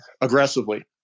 aggressively